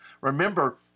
Remember